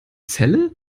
celle